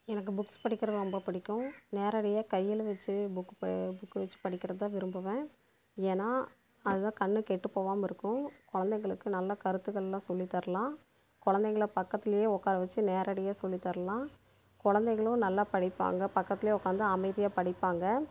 எனக்கு புக்ஸ் படிக்கின்றது ரொம்ப பிடிக்கும் நேரடியாக கையில் வச்சு புக்கு ப புக்கு வச்சு படிக்கின்றது தான் விரும்புவேன் ஏன்னால் அதுதான் கண்ணு கெட்டுப்போகமா இருக்கும் குழந்தைங்களுக்கு நல்லா கருத்துகளெலாம் சொல்லி தரலாம் குழந்தைங்கள பக்கத்துலேயே உட்கார வச்சு நேரடியாக சொல்லி தரலாம் குழந்தைங்களும் நல்லா படிப்பாங்க பக்கத்துலேயே உட்காந்து அமைதியாக படிப்பாங்க